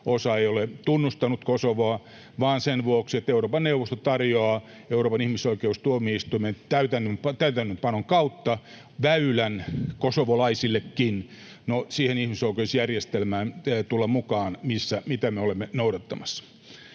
osa ei ole tunnustanut Kosovoa — vaan sen vuoksi, että Euroopan neuvosto tarjoaa Euroopan ihmisoikeustuomioistuimen täytäntöönpanon kautta väylän kosovolaisillekin tulla mukaan siihen ihmisoikeusjärjestelmään, mitä me olemme noudattamassa.